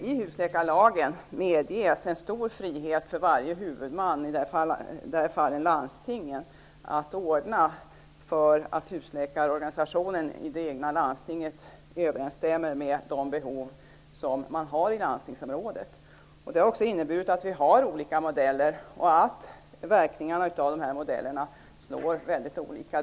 I husläkarlagen medges en stor frihet för varje huvudman, i det här fallet landstingen, att ordna för att husläkarorganisationen i det egna landstinget överensstämmer med de behov som man har i landstingsområdet. Det har också inneburit att vi har olika modeller och att verkningarna av dessa modeller slår mycket olika.